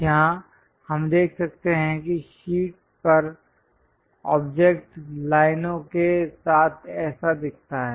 यहां हम देख सकते हैं कि शीट पर ऑब्जेक्ट लाइनों के साथ ऐसा दिखता है